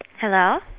Hello